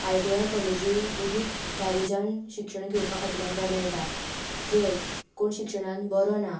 I T I कॉलेजी लेगीत धावी जावन शिक्षण घेवपा खातीर आमकां मेळटा जर कोण शिक्षणांत बरो ना